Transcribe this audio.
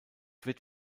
wird